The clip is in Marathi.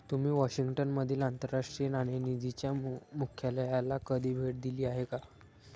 तुम्ही वॉशिंग्टन मधील आंतरराष्ट्रीय नाणेनिधीच्या मुख्यालयाला कधी भेट दिली आहे का?